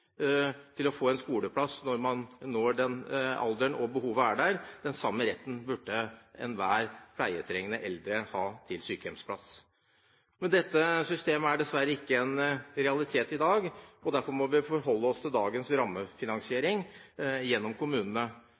pleietrengende eldre ha til sykehjemsplass. Men dette systemet er dessverre ikke en realitet i dag. Derfor må vi forholde oss til dagens rammefinansiering gjennom kommunene.